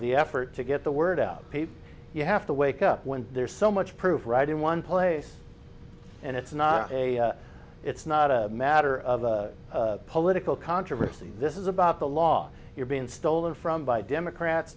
the effort to get the word out you have to wake up when there's so much prove right in one place and it's not it's not a matter of political controversy this is about the law you're being stolen from by democrats